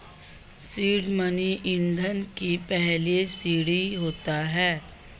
seed money ईंधन की पहली सीढ़ी होता है